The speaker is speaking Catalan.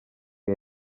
què